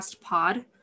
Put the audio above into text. Pod